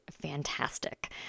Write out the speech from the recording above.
fantastic